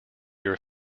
your